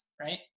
right